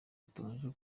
biteganyijwe